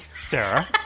Sarah